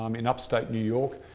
um in upstate new york,